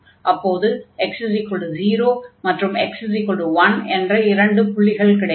அப்போது x0 மற்றும் x1 என்ற இரண்டு புள்ளிகள் கிடைக்கும்